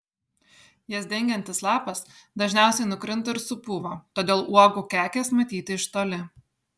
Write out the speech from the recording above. jas dengiantis lapas dažniausiai nukrinta ir supūva todėl uogų kekės matyti iš toli